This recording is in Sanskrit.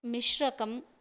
मिश्रकम्